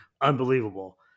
unbelievable